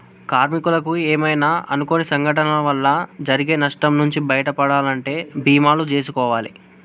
కార్మికులకు ఏమైనా అనుకోని సంఘటనల వల్ల జరిగే నష్టం నుంచి బయటపడాలంటే బీమాలు జేసుకోవాలే